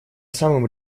самым